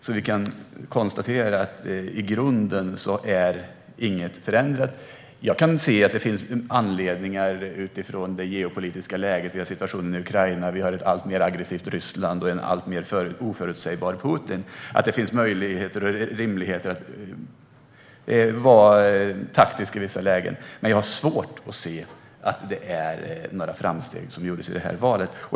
Vi kan alltså konstatera att i grunden är inget förändrat. Utifrån situationen i Ukraina, ett alltmer aggressivt Ryssland och en alltmer oförutsägbar Putin kan jag se att det finns rimliga anledningar att i vissa lägen vara taktisk, utifrån det geopolitiska läget. Men jag har svårt att se att några framsteg gjordes i det här valet.